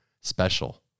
special